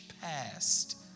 past